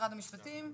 משרד המשפטים?